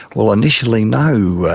well, initially no,